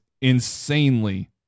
insanely